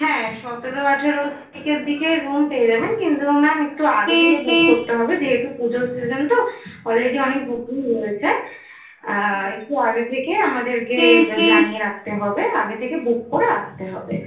হ্যাঁ সতেরো আঠেরোর শেষের দিকে রুম পেয়ে যাবেন কিন্তু ম্যাম একটু আগে থেকে বুক করতে হবে যেহেতু পুজোর সিজন তো অলরেডি অনেক বুকিং হয়েছে একটু আগে থেকে আমাদেরকে জানিয়ে রাখতে হবে আগে থেকে বুক করে আসতে হবে